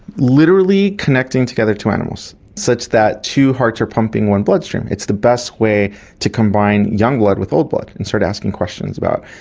literally connecting together two animals, such that two hearts are pumping one bloodstream. it's the best way to combine young blood with old blood and start asking questions about,